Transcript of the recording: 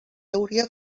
hauria